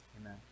Amen